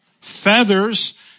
feathers